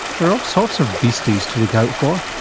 there are all sorts of beasties to look out for,